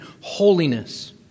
holiness